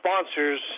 sponsors